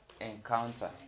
encounter